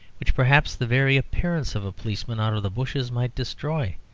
which perhaps the very appearance of a policeman out of the bushes might destroy.